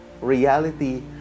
reality